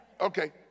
Okay